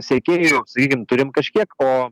sekėjų sakykim turim kažkiek o